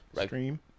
stream